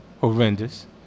horrendous